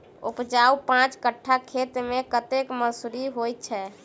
उपजाउ पांच कट्ठा खेत मे कतेक मसूरी होइ छै?